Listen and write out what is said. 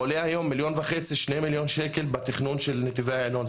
עולה היום מיליון וחצי שני מיליון ש"ח בתכנון של נתיבי איילון.